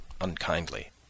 unkindly